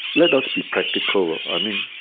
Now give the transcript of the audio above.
let us be practical. i mean